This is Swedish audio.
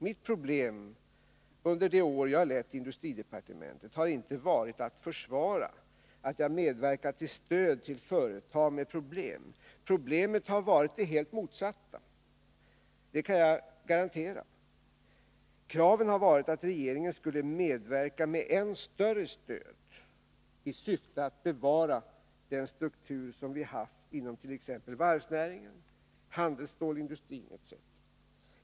Mitt problem under de år jag lett industridepartementet har inte varit att försvara att jag gett så mycket pengar i stöd till företag med bekymmer. Problemet har varit det helt motsatta; det kan jag garantera. Kraven har varit att regeringen skulle medverka med än större stöd i syfte att bevara den struktur som vi haft inom t.ex. varvsnäringen, handelsstålsindustrin etc.